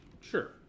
Sure